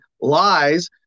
lies